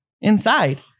inside